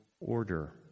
order